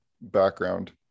background